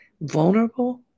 vulnerable